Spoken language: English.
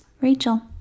Rachel